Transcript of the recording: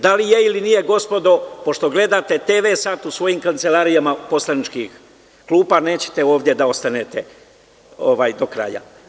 Da li je ili nije gospodo, pošto gledate TV sad u svojim kancelarijama poslaničkih klupa, nećete ovde da ostanete do kraja?